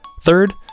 Third